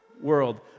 world